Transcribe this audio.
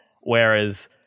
whereas